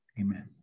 Amen